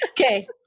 Okay